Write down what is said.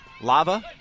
Lava